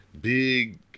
big